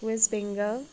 west Bengal